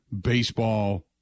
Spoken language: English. baseball